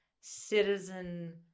Citizen